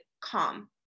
calm